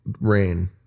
rain